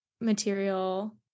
material